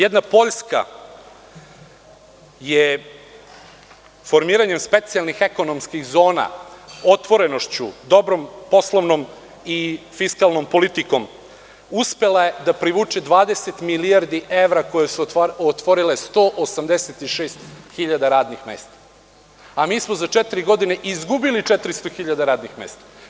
Jedna Poljska je formiranjem specijalnih ekonomskih zona, otvorenošću, dobrom poslovnom i fiskalnom politikom uspela da privuče 20 milijardi evra koje su otvorile 186.000 radnih mesta, a mi smo za četiri godine izgubili 400.000 radnih mesta.